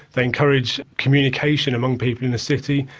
they encourage communication among people in a city,